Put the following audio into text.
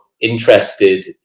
interested